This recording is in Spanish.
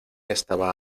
estaba